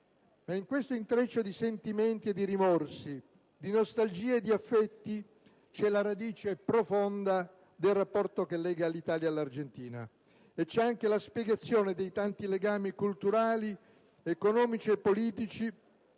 In questo intreccio di sentimenti e di rimorsi, di nostalgie e di affetti, c'è la radice profonda del rapporto che lega l'Italia all'Argentina. E c'è anche la spiegazione dei tanti legami culturali, economici e politici